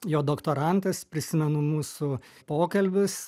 jo doktorantas prisimenu mūsų pokalbius